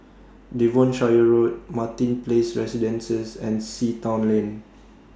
Devonshire Road Martin Place Residences and Sea Town Lane